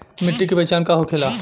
मिट्टी के पहचान का होखे ला?